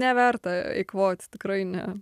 neverta eikvoti tikrai ne